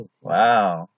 Wow